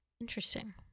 Interesting